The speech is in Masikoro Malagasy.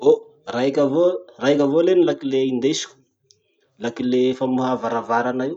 Oh, raiky avao, raiky avao le ny lakile indesiko. Lakile famoha varavarana io.